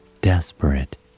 Desperate